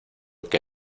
que